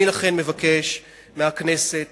אני לכן מבקש מהכנסת